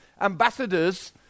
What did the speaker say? Ambassadors